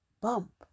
bump